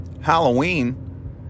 Halloween